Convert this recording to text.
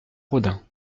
rodin